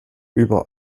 über